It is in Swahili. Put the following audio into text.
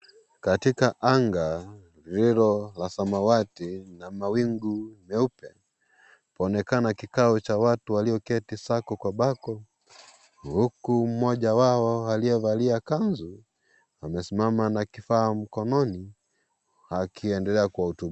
Katika anga, lililo la samawati na mawingu nyeupe. Paonekana kikao cha watu, walioketi sako kwa bako, huku mmoja wao aliyevalia kanzu, amesimama na kifaa mkononi akiendelea kuwahutubu..,